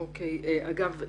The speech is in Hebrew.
אגב,